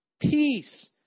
Peace